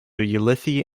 ulithi